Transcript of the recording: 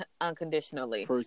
unconditionally